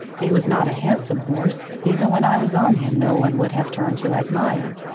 he was not a handsome horse. even when i was on him, no one would have turned to admire.